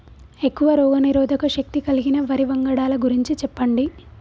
ఎక్కువ రోగనిరోధక శక్తి కలిగిన వరి వంగడాల గురించి చెప్పండి?